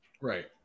Right